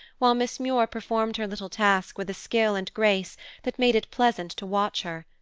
while miss muir performed her little task with a skill and grace that made it pleasant to watch her.